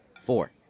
Four